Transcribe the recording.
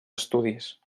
estudis